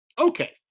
Okay